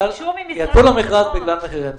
יצאו למכרז הזה בגלל מחירי הפסד.